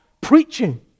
preaching